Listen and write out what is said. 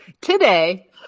today